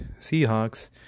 Seahawks